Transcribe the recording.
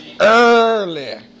early